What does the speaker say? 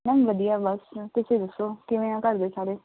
ma'am ਵਧੀਆ ਬਸ ਤੁਸੀਂ ਦੱਸੋ ਕਿਵੇਂ ਆ ਘਰ ਦੇ ਸਾਰੇ